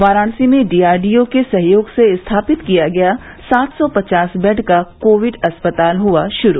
वाराणसी में डीआरडीओ के सहयोग से स्थापित किया गया सात सौ पचास बेड का कोविड अस्पताल हुआ शुरू